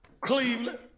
Cleveland